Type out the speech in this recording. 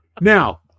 now